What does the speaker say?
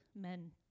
men